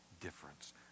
difference